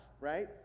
right